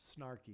snarky